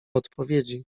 odpowiedzi